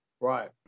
Right